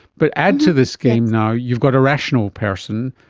but add to this game now you've got a rational person,